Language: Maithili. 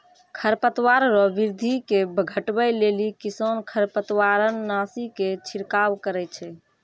खरपतवार रो वृद्धि के घटबै लेली किसान खरपतवारनाशी के छिड़काव करै छै